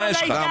מה יש לך?